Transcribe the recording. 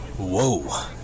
Whoa